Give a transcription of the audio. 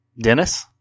Dennis